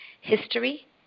history